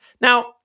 now